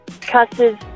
cusses